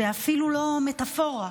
זו אפילו לא מטפורה.